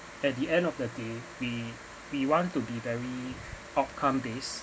at the end of the day we we want to be very outcome based